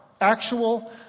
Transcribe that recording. actual